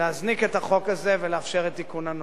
להזניק את החוק הזה ולאפשר את תיקון הנוהל.